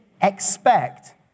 expect